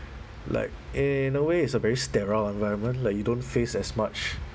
like in a way it's a very sterile environment like you don't face as much